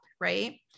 right